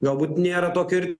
galbūt nėra tokio ir